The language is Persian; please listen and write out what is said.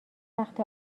وقت